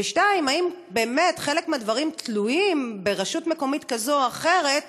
2. האם באמת חלק מהדברים תלויים ברשות מקומית כזאת או אחרת,